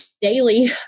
daily